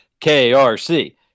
KRC